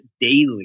daily